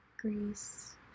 Greece